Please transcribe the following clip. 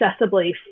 accessibly